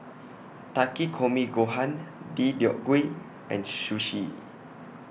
Takikomi Gohan Deodeok Gui and Sushi